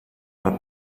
pel